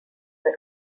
the